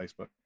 Facebook